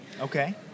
Okay